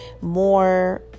more